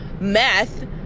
meth